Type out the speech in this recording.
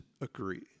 agree